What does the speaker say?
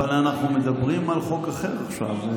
אבל אנחנו מדברים על חוק אחר עכשיו,